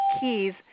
keys